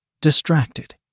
Distracted